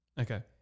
Okay